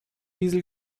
diesel